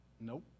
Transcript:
Nope